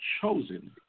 chosen